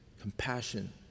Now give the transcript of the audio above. compassion